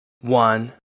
one